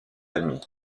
amis